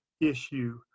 issue